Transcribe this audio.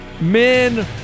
men